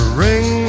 ring